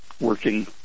working